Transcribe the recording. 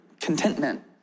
contentment